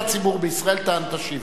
תפנה לציבור בישראל ותשיב.